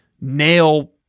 nail